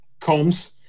combs